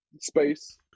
space